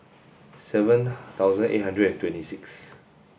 seven thousand eight hundred and twenty sixth